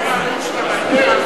לא מאמין,